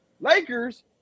Lakers